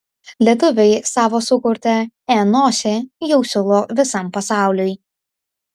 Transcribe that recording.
lietuviai savo sukurtą e nosį jau siūlo visam pasauliui